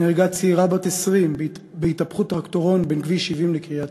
נהרגה צעירה בת 20 בהתהפכות טרקטורון בין כביש 70 לקריית-טבעון.